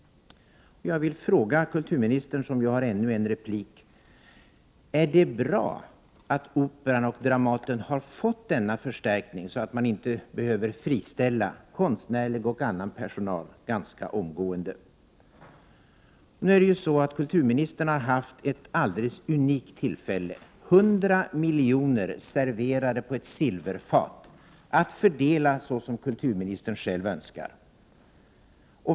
Jag vill fråga kulturministern, som ju har ännu en replik: Är det bra att Operan och Dramaten har fått denna förstärkning så att de inte behöver friställa konstnärlig och annan personal ganska omgående? Kulturministern har haft ett alldeles unikt tillfälle — 100 milj.kr. serverade på ett silverfat att fördela som han själv önskar.